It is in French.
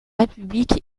république